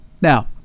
Now